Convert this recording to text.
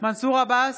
מנסור עבאס,